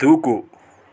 దూకు